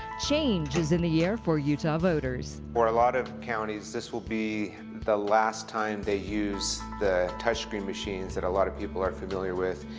change is in the air for utah voters. for a lot of counties, this will be the last time they use the touchscreen machines that a lot of people are familiar with,